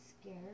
scared